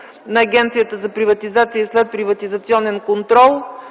на Агенцията за приватизация и следприватизационен контрол,